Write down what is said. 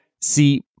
See